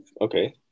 Okay